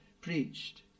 preached